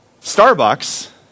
Starbucks